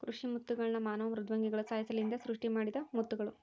ಕೃಷಿ ಮುತ್ತುಗಳ್ನ ಮಾನವ ಮೃದ್ವಂಗಿಗಳ ಸಹಾಯಲಿಸಿಂದ ಸೃಷ್ಟಿಮಾಡಿದ ಮುತ್ತುಗುಳು